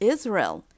Israel